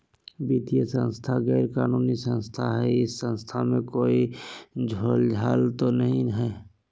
वित्तीय संस्था गैर कानूनी संस्था है इस संस्था में कोई झोलझाल तो नहीं है?